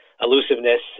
elusiveness